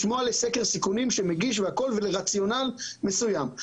לשמוע על סקר סיכונים שמגיש וכדומה ורציונל מסוים.